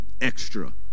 extra